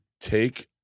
take